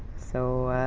so,